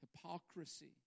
hypocrisy